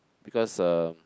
because uh